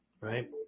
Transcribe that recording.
right